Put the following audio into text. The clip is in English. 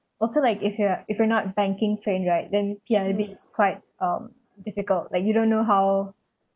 also like if you're if you're not banking trained right then P_I_B is quite um difficult like you don't know how um